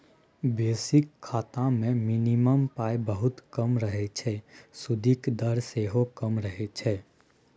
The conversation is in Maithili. बेसिक खाता मे मिनिमम पाइ बहुत कम रहय छै सुदिक दर सेहो कम रहय छै